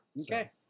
Okay